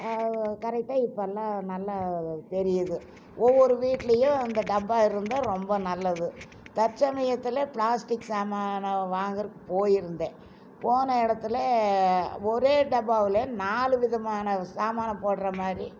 கரெக்டாக இப்போல்லாம் நல்லா தெரியுது ஒவ்வொரு வீட்லேயும் இந்த டப்பா இருந்தால் ரொம்ப நல்லது தற்சமயத்தில் பிளாஸ்டிக் சாமானை வாங்கறதுக்கு போய்ருந்தேன் போன இடத்துல ஒரே டப்பாவில் நாலு விதமான சாமானை போடுற மாதிரி